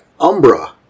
Umbra